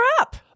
up